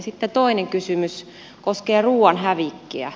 sitten toinen kysymys koskee ruuan hävikkiä